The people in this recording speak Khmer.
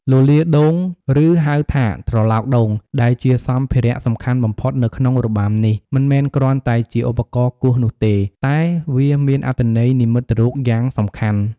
លលាដ៍ដូង ឬហៅថាត្រឡោកដូង ដែលជាសម្ភារៈសំខាន់បំផុតនៅក្នុងរបាំនេះ មិនមែនគ្រាន់តែជាឧបករណ៍គោះនោះទេ តែវាមានអត្ថន័យនិមិត្តរូបយ៉ាងសំខាន់។